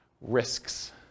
Risks